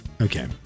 okay